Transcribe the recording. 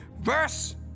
verse